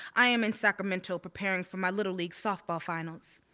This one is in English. i am in sacramento preparing for my little league softball finals.